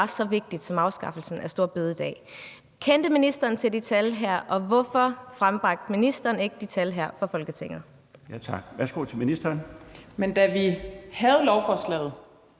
så vigtigt som afskaffelsen af store bededag. Kendte ministeren til de tal her, og hvorfor frembragte ministeren ikke de tal her for Folketinget?